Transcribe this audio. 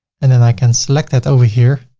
and then i can select that over here